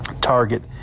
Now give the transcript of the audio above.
target